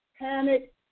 panic